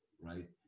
right